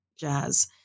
jazz